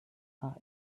are